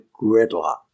Gridlock